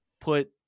put